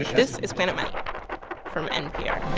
this is planet money from npr